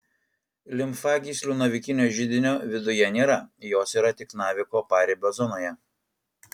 limfagyslių navikinio židinio viduje nėra jos yra tik naviko paribio zonoje